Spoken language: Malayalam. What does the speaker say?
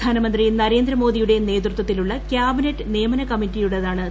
പ്രധാനമന്ത്രി നരേന്ദ്രമോദിയുടെ നേതൃത്വത്തിലുള്ള ക്യാബിനറ്റ് നിയമന കമ്മിറ്റിയുടേതാണ് തീരുമാനം